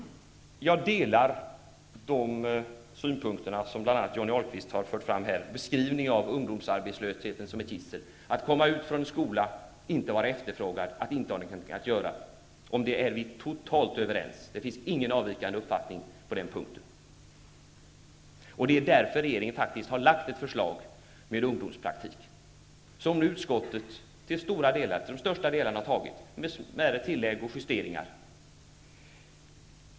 Jag delar de synpunkter som bl.a. Johnny Ahlqvist har fört fram och beskrivningen av ungdomsarbetslösheten som ett gissel, när ungdomar kommer från skolan och inte är efterfrågade, inte har någonting att göra. Om det är vi totalt överens -- det finns ingen avvikande uppfattning på den punkten. Det är därför som regeringen har lagt ett förslag om ungdomspraktik, som utskottet nu till största delen har antagit, med smärre tillägg och justeringar.